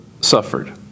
suffered